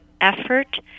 effort